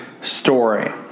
story